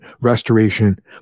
restoration